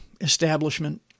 establishment